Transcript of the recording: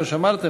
כמו שאמרתי,